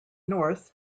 north